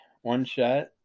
one-shot